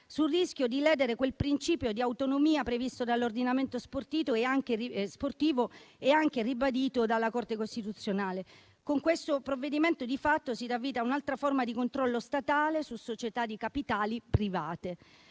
sul rischio di ledere quel principio di autonomia previsto dall'ordinamento sportivo e anche ribadito dalla Corte costituzionale. Con questo provvedimento di fatto si dà vita a un'altra forma di controllo statale su società di capitali private.